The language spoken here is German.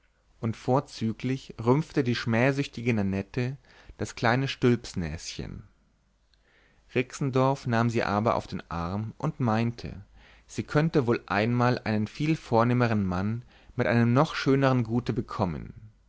und vorzüglich rümpfte die schmähsüchtige nannette das kleine stülpnäschen rixendorf nahm sie aber auf den arm und meinte sie könnte wohl einmal einen viel vornehmeren mann mit einem noch schöneren gute bekommen